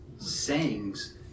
Sayings